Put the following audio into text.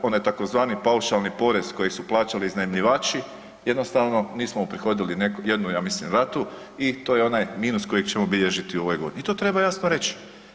Onaj tzv. paušalni porez koji su plaćali iznajmljivači, jednostavno nismo uprihodili jednu ja mislim ratu, i to je onaj minus kojeg ćemo bilježiti u ovoj godini i to treba jasno reći.